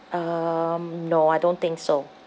um no I don't think so